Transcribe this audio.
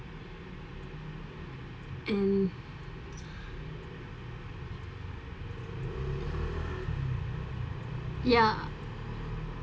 and ya